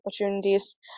opportunities